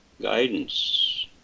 guidance